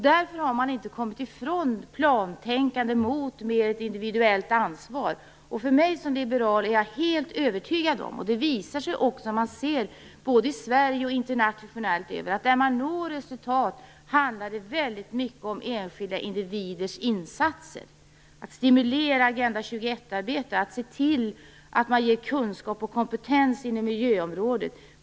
Man har inte kommit ifrån plantänkandet och gått mot mer individuellt ansvar. Jag är som liberal helt övertygad om att det väldigt mycket handlar om enskilda individers insatser när man når resultat. Det visar sig också när man tittar närmare på detta både i Sverige och internationellt. Det gäller att stimulera Agenda 21-arbete, att se till att man ger kunskap och kompetens inom miljöområdet.